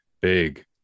Big